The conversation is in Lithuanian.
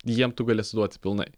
jiem tu gali atsiduoti pilnai